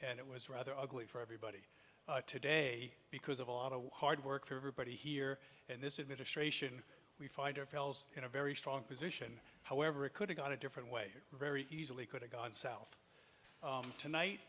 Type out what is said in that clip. and it was rather ugly for everybody today because of a lot of hard work for everybody here and this is ministration we find ourselves in a very strong position however it could have got a different way very easily could have gone south tonight